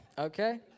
Okay